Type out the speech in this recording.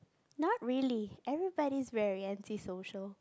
not really everybody's very anti social